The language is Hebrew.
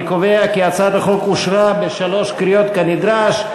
אני קובע כי הצעת החוק אושרה בשלוש קריאות כנדרש.